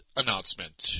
announcement